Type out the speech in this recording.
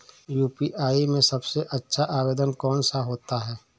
UPI में सबसे अच्छा आवेदन कौन सा होता है?